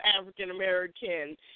African-American